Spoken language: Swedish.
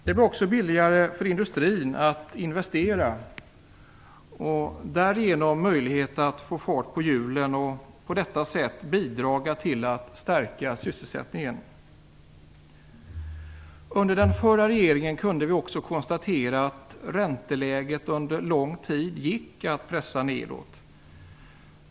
Det blir också billigare för industrin att investera och därigenom få fart på hjulen och att på detta sätt bidra till att stärka sysselsättningen. Under den förra regeringen kunde vi också konstatera att räntorna under lång tid gick att pressa neråt.